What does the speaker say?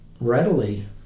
readily